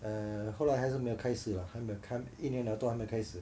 嗯后来还是没有开始了还没开一点点都还没开始